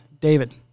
David